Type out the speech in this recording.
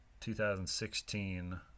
2016